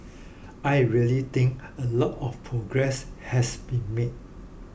I really think a lot of progress has been made